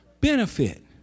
benefit